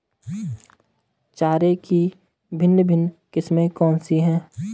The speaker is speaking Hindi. चारे की भिन्न भिन्न किस्में कौन सी हैं?